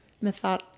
method